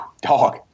dog